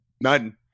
None